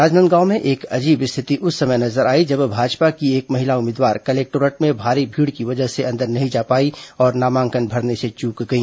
राजनांदगांव में एक अजीब स्थिति नजर आई जब भाजपा की एक महिला उम्मीदवार कलेक्टोरेट में भारी भीड़ की वजह से अंदर नहीं जा पाईं और नामांकन भरने से चूक गई